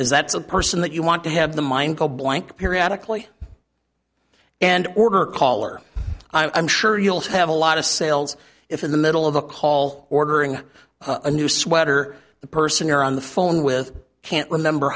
is that's a person that you want to have the mind go blank periodically and order caller i'm sure you'll have a lot of sales if in the middle of the call ordering a new sweater the person you're on the phone with can't remember